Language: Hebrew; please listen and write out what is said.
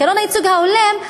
עקרון הייצוג ההולם,